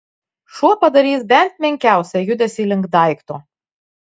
šuo padarys bent menkiausią judesį link daikto